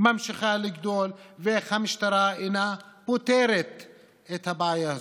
ממשיכה לגדול ואיך המשטרה אינה פותרת את הבעיה הזאת.